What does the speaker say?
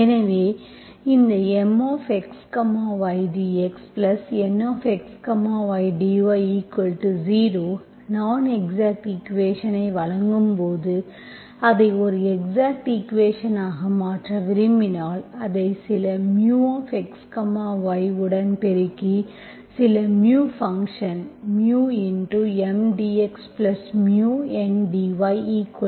எனவே இந்த Mx y dxNx ydy0 non exact ஈக்குவேஷன்ஸ்ஐ வழங்கும்போது அதை ஒரு எக்ஸாக்ட் ஈக்குவேஷன்ஸ் ஆக மாற்ற விரும்பினால் அதை சில μ x y உடன் பெருக்கி சில ஃபங்க்ஷன் μ Mdx μ N dy 0